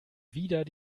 wieder